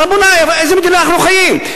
באיזו מדינה אנחנו חיים?